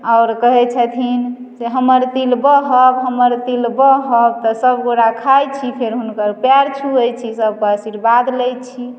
आओर कहैत छथिन हमर तिल बहब हमर तिल बहब तऽ सभगोटए खाइत छी फेर हुनकर पैर छुअए छी सभ आशीर्वाद लैत छी